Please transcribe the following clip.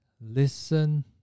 listen